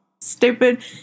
stupid